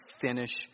finish